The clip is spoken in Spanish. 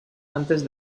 antes